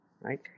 right